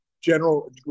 General